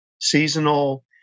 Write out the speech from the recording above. seasonal